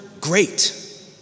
great